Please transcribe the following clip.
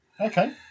Okay